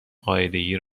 قاعدگی